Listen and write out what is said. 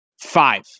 Five